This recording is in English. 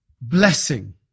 blessing